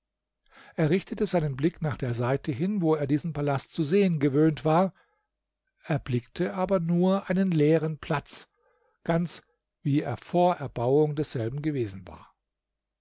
er richtete seinen blick nach der seite hin wo er diesen palast zu sehen gewöhnt war erblickte aber nur einen leeren platz ganz wie er vor erbauung desselben gewesen war